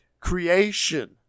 Creation